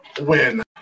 Win